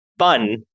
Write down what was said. fun